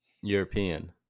European